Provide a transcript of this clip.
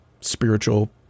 spiritual